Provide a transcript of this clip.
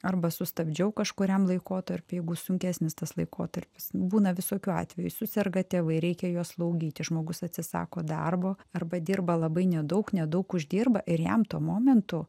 arba sustabdžiau kažkuriam laikotarpiui jeigu sunkesnis tas laikotarpis būna visokių atvejų suserga tėvai reikia juos slaugyti žmogus atsisako darbo arba dirba labai nedaug nedaug uždirba ir jam tuo momentu